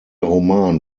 roman